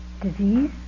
disease